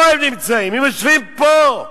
פה הם נמצאים, הם יושבים פה.